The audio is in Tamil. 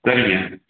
சரிங்க